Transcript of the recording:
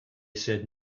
said